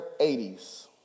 80s